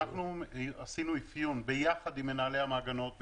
עשינו אפיון ביחד עם מנהלי המעגנות,